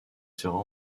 sera